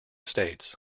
states